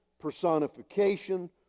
personification